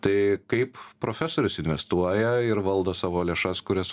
tai kaip profesorius investuoja ir valdo savo lėšas kurias